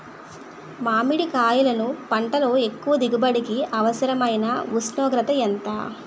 మామిడికాయలును పంటలో ఎక్కువ దిగుబడికి అవసరమైన ఉష్ణోగ్రత ఎంత?